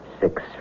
six